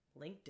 LinkedIn